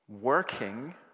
working